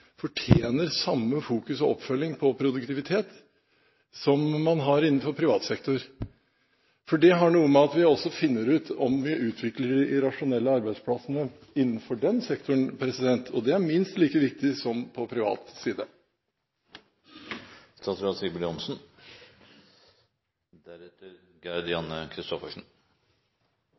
fortjener samme fokusering på og oppfølging av produktivitet som man har innenfor privat sektor. Det har noe med at vi også finner ut om vi utvikler de rasjonelle arbeidsplassene innenfor den sektoren. Det er minst like viktig som på privat side.